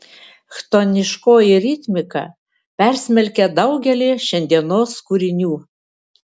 chtoniškoji ritmika persmelkia daugelį šiandienos kūrinių